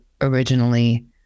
originally